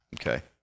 Okay